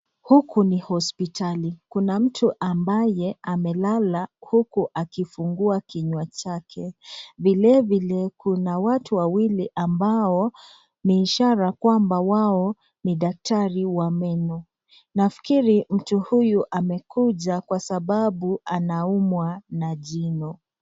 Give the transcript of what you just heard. Huku ni hosipitali , Kuna mtu ambaye amelala huku akifungua kinywa chake. Vile vile kuna watu wawili ambao ni ishara kwamba wao ni daktari wa meno. Nafkiri mtu huyu amekuja kwasababu anaumwa na jino.